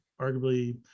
arguably